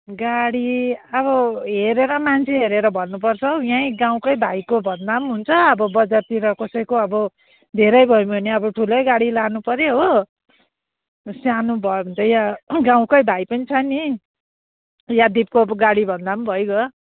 गाडी अब हेरेर मान्छे हेरेर भन्नु पर्छौ यहीँ गाउँकै भाइको भन्दा पनि हुन्छ अब बजारतिरको कसैको अब धेरै भयौँ भने अब ठुलै गाडी लानुपऱ्यो हो सानो भयो भन्त यहाँ गाउँकै भाइ पनि छ नि यहाँ दिपकको गाडी भन्दा पनि भइगयो